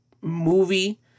movie